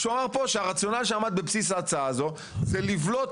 כשהוא אמר פה שהרציונל שעמד בבסיס ההצעה הזו זה לבלוט